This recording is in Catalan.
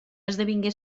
esdevingué